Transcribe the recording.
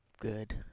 Good